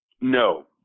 No